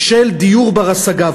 של דיור בר-השגה.